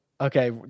Okay